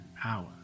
power